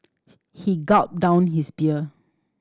he gulped down his beer